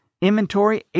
inventory